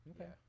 Okay